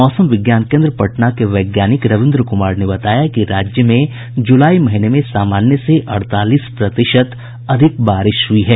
मौसम विज्ञान केंद्र पटना के वैज्ञानिक रविंद्र कुमार ने बताया कि राज्य में जुलाई महीने में सामान्य से अड़तालीस प्रतिशत अधिक बारिश हुई है